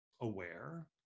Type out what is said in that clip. aware